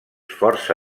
força